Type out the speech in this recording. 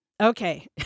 okay